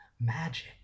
magic